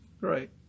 Right